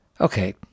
Okay